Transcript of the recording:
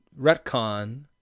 retcon